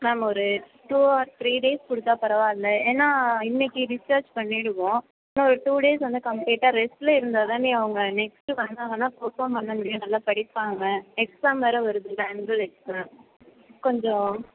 ma'am ஒரு two or three days கொடுத்தா பரவாயில்ல ஏன்னா இன்னைக்கு டிஸ்சார்ஜ் பண்ணிடுவோம் இன்னும் ஒரு டூ டேஸ் வந்து கம்ப்ளீட்டாக ரெஸ்ட்டில் இருந்தால் தானே அவங்க நெக்ஸ்ட்டு வந்தாங்கன்னா பர்ஃபாம் பண்ண முடியும் நல்லா படிப்பாங்க எக்ஸாம் வேறு வருதில்ல ஆன்வல் எக்ஸாம் கொஞ்சம்